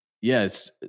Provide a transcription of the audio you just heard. yes